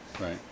Right